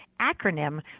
acronym